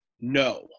No